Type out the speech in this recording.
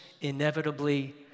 inevitably